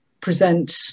present